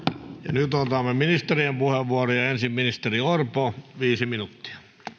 nyt otamme ministerien puheenvuoroja ensin ministeri orpo viisi minuuttia